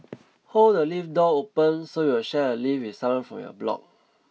hold the lift door open so you'll share a lift with someone from your block